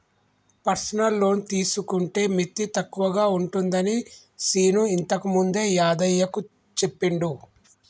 personal loan తీసుకుంటే మిత్తి తక్కువగా ఉంటుందని శీను ఇంతకుముందే యాదయ్యకు చెప్పిండు